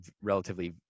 relatively